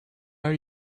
are